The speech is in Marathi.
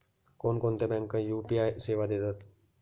कोणकोणत्या बँका यू.पी.आय सेवा देतात?